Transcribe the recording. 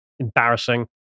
embarrassing